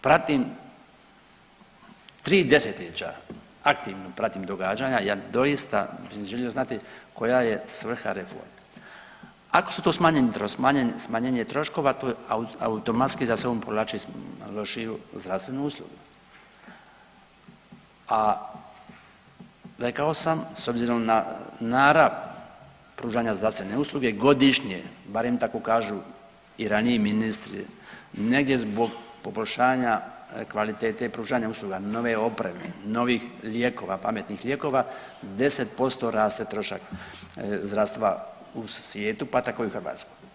Pratim, tri 10-ljeća aktivno pratim događanja, ja doista bi želio znati koja je svrha reformi, ako su to smanjenje troškova, to automatski za sobom povlači lošiju zdravstvenu uslugu, a rekao sam s obzirom na narav pružanja zdravstvene usluge godišnje, barem tako kažu i raniji ministri negdje zbog poboljšanja kvalitete pružanja usluga, nove opreme, novih lijekova, pametnih lijekova 10% raste trošak zdravstva u svijeta, pa tako i u Hrvatskoj.